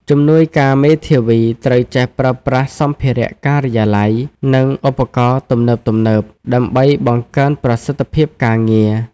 ជំនួយការមេធាវីត្រូវចេះប្រើប្រាស់សម្ភារៈការិយាល័យ និងឧបករណ៍ទំនើបៗ ដើម្បីបង្កើនប្រសិទ្ធភាពការងារ។